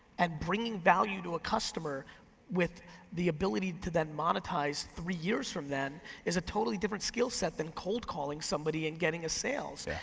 and bringing value to a customer with the ability to then monetize three years from then is a totally different skillset than cold calling somebody and getting a sale. yeah